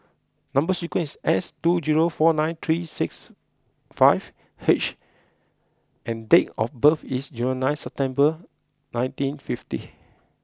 number sequence is S two zero four nine three six five H and date of birth is zero nine September nineteen fifty